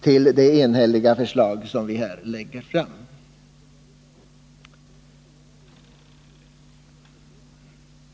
till det enhälliga förslag som vi här lägger fram.